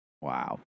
Wow